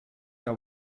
der